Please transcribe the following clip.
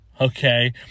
okay